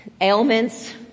ailments